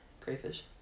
Crayfish